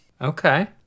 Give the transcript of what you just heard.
Okay